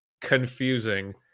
confusing